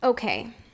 okay